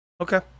Okay